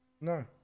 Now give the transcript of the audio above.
No